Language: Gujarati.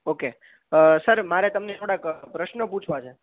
ઓકે સર મારે તમને થોડાક પ્રશ્ન પૂછવા છે